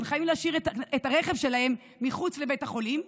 הם חייבים להשאיר את הרכב שלהם מחוץ לבית החולים,